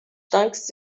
tanques